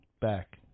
back